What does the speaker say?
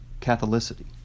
Catholicity